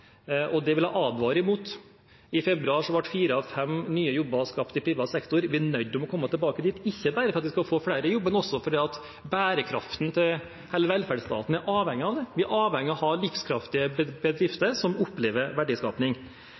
Det vil jeg advare mot. I februar ble fire av fem nye jobber skapt i privat sektor. Vi er nødt til å komme tilbake dit, ikke bare for at vi skal få flere i jobb, men også fordi bærekraften til hele velferdsstaten er avhengig av det. Vi er avhengig av å ha livskraftige bedrifter som opplever